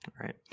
right